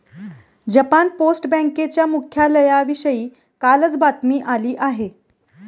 Japan post बँकेच्या मुख्यालयाविषयी कालच बातमी आली आहे